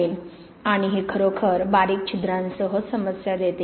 आणि हे खरोखर बारीक छिद्रांसह समस्या देते